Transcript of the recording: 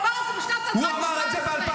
הוא אמר את זה בשנת 2017. הוא אמר את זה ב-2017,